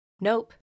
Nope